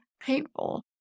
painful